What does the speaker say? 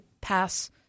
pass